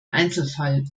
einzelfall